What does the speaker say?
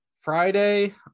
Friday